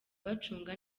bacunga